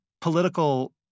political